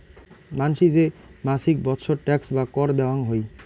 মানসি যে মাছিক বৎসর ট্যাক্স বা কর দেয়াং হই